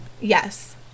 Yes